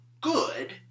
good